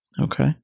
Okay